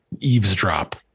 eavesdrop